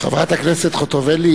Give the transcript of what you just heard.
חברת הכנסת חוטובלי,